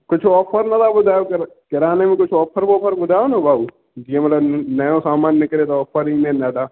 कुझु ऑफर नथा ॿुधायो पिया किराने में कुझु ऑफर वॉफर ॿुधायो न भाऊ जीअं मतलबु नओं सामानु निकिरे ऑफर ईंदा आहिनि ॾाढा